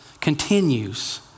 continues